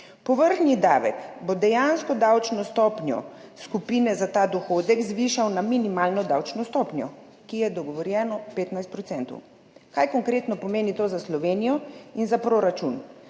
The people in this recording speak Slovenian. Povrhnji davek bo dejansko davčno stopnjo skupine za ta dohodek zvišal na minimalno davčno stopnjo, ki je dogovorjeno 15 %. Kaj konkretno pomeni to za Slovenijo in za proračun?